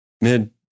mid